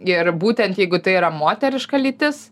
ir būtent jeigu tai yra moteriška lytis